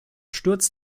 sturz